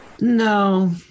No